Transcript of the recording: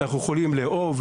אנחנו יכולים לאהוב,